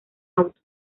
auto